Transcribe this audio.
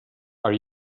are